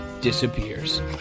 disappears